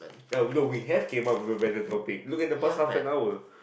ya we don't we have came out by topic look at the past half an hour